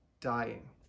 dying